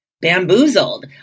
bamboozled